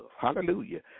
Hallelujah